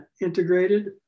integrated